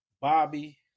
Bobby